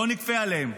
לא נכפה עליהם.